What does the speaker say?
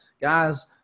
Guys